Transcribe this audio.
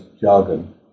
jargon